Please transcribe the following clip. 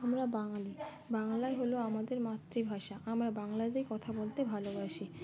আমরা বাঙালি বাংলাই হলো আমাদের মাতৃভাষা আমরা বাংলাতেই কথা বলতে ভালোবাসি